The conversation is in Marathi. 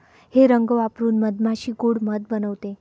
हे रंग वापरून मधमाशी गोड़ मध बनवते